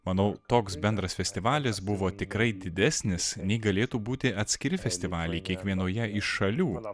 manau toks bendras festivalis buvo tikrai didesnis nei galėtų būti atskiri festivaliai kiekvienoje iš šalių